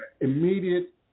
immediate